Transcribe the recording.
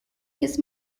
his